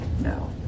No